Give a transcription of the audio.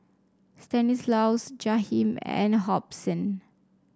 Stanislaus Jahiem and Hobson